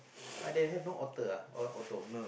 but they have no auto uh auto